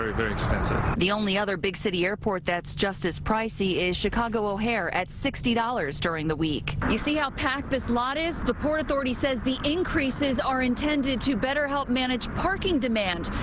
very very the only other big city airport that's just as pricy is chicago o'hare at sixty dollars during the week. you see how packed this lot is? the port authority says the increases are intended to better help manage parking demand.